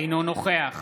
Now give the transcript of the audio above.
אינו נוכח